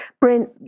Brent